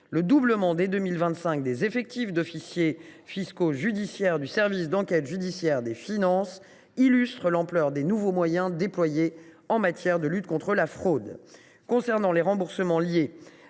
le doublement dès 2025 des effectifs d’officiers fiscaux judiciaires du service d’enquêtes judiciaires des finances (SEJF) illustrent l’ampleur des moyens déployés en matière de lutte contre la fraude. En ce qui concerne les remboursements liés